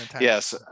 yes